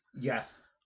Yes